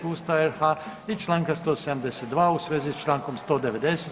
Ustava RH i Članka 172. u svezi s Člankom 190.